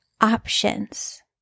options